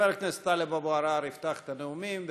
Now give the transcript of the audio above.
חבר הכנסת טלב אבו עראר יפתח את הנאומים,